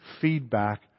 feedback